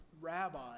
rabbi